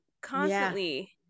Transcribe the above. constantly